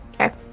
Okay